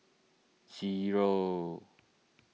zero